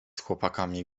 chłopakami